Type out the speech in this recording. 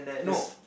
just